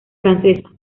francesa